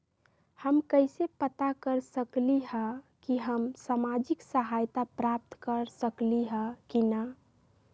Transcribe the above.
हम कैसे पता कर सकली ह की हम सामाजिक सहायता प्राप्त कर सकली ह की न?